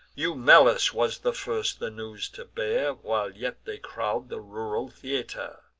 eumelus was the first the news to bear, while yet they crowd the rural theater.